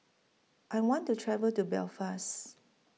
I want to travel to Belfast